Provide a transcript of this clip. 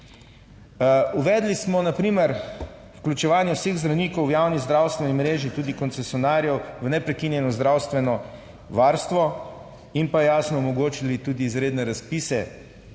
Uvedli smo na primer vključevanje vseh zdravnikov v javni zdravstveni mreži, tudi koncesionarjev v neprekinjeno zdravstveno varstvo in pa jasno omogočili tudi izredne razpise